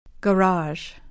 Garage